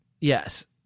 Yes